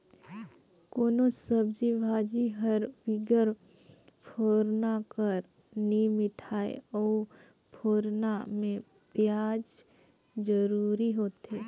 कोनोच सब्जी भाजी हर बिगर फोरना कर नी मिठाए अउ फोरना में पियाज जरूरी होथे